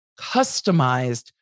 customized